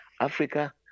africa